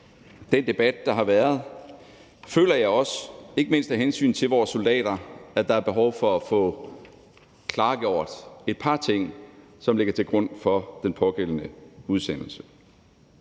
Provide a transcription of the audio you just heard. den debat, der har været, føler jeg også, ikke mindst af hensyn til vores soldater, at der er behov for at få klargjort et par ting, som ligger til grund for den pågældende udsendelse.